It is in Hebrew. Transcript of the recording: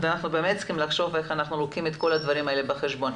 צריך לחשוב איך לוקחים את הכול בחשבון.